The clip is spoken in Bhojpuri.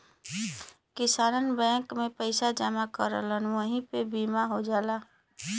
किसानन बैंक में पइसा जमा करलन वही पे बीमा हो जाला